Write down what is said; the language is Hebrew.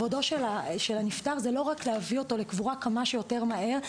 כבודו של הנפטר זה לא רק להביא אותו לקבורה כמה שיותר מהר,